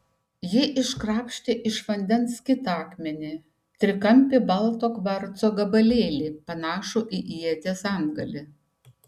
ji iškrapštė iš vandens kitą akmenį trikampį balto kvarco gabalėlį panašų į ieties antgalį